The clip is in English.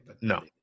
No